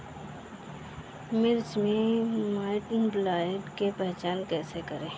मिर्च मे माईटब्लाइट के पहचान कैसे करे?